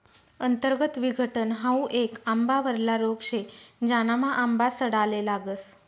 अंतर्गत विघटन हाउ येक आंबावरला रोग शे, ज्यानामा आंबा सडाले लागस